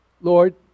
Lord